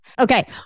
Okay